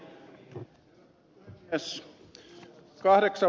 herra puhemies